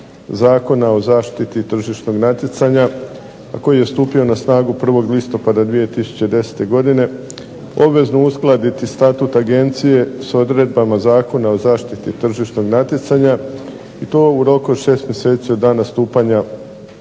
Zakona o zaštiti tržišnog natjecanja koji je stupio na snagu 1. listopada 2010. godine obvezna uskladiti Statut Agencije s odredbama Zakona o zaštiti tržišnog natjecanja i to u roku od šest mjeseci od dana stupanja